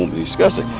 discuss it.